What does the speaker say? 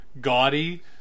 gaudy